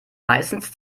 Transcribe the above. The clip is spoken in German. meistens